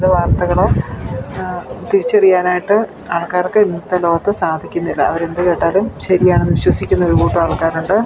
അത് വാർത്തകൾ തിരിച്ചറിയാനായിട്ട് ആൾക്കാർക്ക് ഇന്നത്തെ ലോകത്ത് സാധിക്കുന്നില്ല അവർ എന്തു കേട്ടാലും ശരിയാണെന്ന് വിശ്വസിക്കുന്ന ഒരു കൂട്ടം ആൾക്കാർ ഉണ്ട്